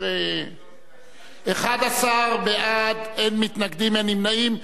11 בעד, אין מתנגדים, אין נמנעים.